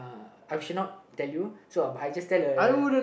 uh I shall not tell you so but I just tell a